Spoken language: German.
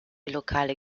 lokale